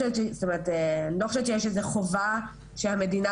זאת אומרת הייתה הודעה לדוברות,